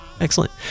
excellent